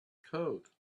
code